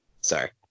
sorry